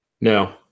No